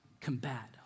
combat